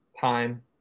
time